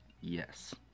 yes